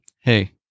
hey